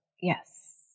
Yes